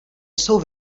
jsou